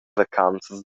vacanzas